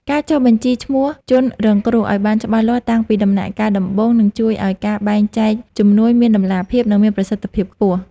ការចុះបញ្ជីឈ្មោះជនរងគ្រោះឱ្យបានច្បាស់លាស់តាំងពីដំណាក់កាលដំបូងនឹងជួយឱ្យការបែងចែកជំនួយមានតម្លាភាព និងមានប្រសិទ្ធភាពខ្ពស់។